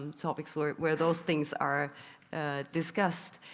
um topics where where those things are discussed.